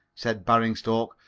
said baringstoke.